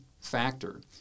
factor